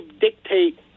dictate